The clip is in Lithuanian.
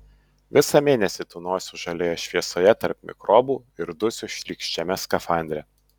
visą mėnesį tūnosiu žalioje šviesoje tarp mikrobų ir dusiu šlykščiame skafandre